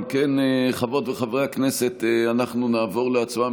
אם כן, חברות וחברי הכנסת, אנחנו נעבור להצבעה.